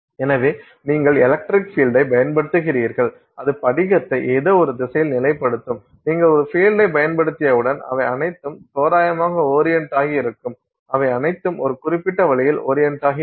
எனவே நீங்கள் எலக்ட்ரிக் பீல்டை பயன்படுத்துகிறீர்கள் அது படிகத்தை ஏதோ ஒரு திசையில் நிலைப்படுத்தும் நீங்கள் ஒரு பீல்டை பயன்படுத்தியவுடன் அவை அனைத்தும் தோராயமாக ஓரியண்ட் ஆகி இருக்கும் அவை அனைத்தும் ஒரு குறிப்பிட்ட வழியில் ஓரியண்ட் ஆகி இருக்கும்